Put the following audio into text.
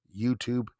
YouTube